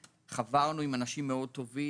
שחברנו עם אנשים טובים מאוד,